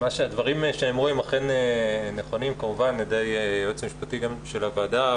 הדברים שנאמרו על ידי היועץ המשפטי של הוועדה כמובן הם נכונים,